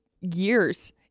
years